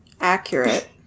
accurate